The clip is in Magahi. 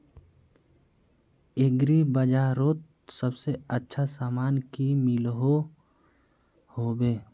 एग्री बजारोत सबसे अच्छा सामान की मिलोहो होबे?